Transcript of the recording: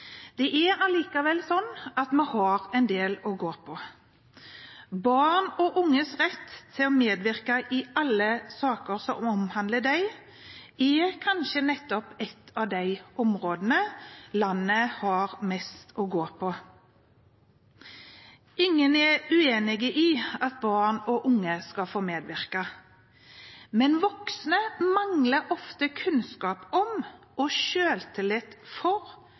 Det er likevel slik at vi har en del å gå på. Barn og unges rett til å medvirke i alle saker som omhandler dem, er kanskje nettopp et av de områdene vi har mest å gå på. Ingen er uenige i at barn og unge skal få medvirke, men voksne mangler ofte kunnskap om og selvtillit for